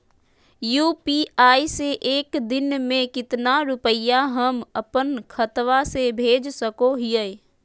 UPI से एक दिन में कितना रुपैया हम अपन खाता से भेज सको हियय?